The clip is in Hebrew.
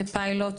כפיילוט,